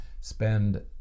spend